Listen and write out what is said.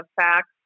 facts